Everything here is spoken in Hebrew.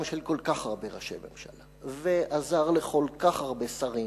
של כל כך הרבה ראשי ממשלה ועזר לכל כך הרבה שרים,